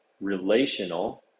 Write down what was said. relational